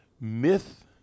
Myth